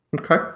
okay